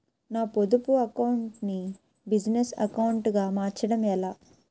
నా పొదుపు అకౌంట్ నీ బిజినెస్ అకౌంట్ గా మార్చడం ఎలా?